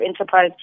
Enterprise